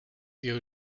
you